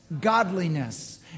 godliness